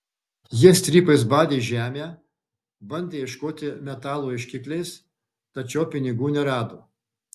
jie strypais badė žemę bandė ieškoti metalo ieškikliais tačiau pinigų nerado